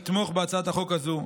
לתמוך בהצעת החוק הזאת,